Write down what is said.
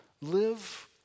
live